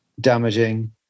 damaging